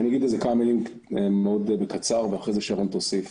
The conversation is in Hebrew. אני אגיד כמה מילים מאוד בקצר ואחרי זה שרון תוסיף.